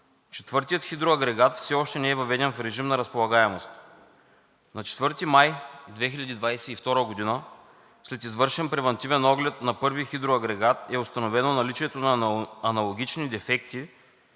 четвъртият хидроагрегат все още не е въведен в режим на разполагаемост. На 4 май 2022 г. след извършен превантивен оглед на първи хидроагрегат е установено наличието на аналогични дефекти